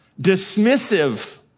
dismissive